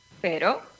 Pero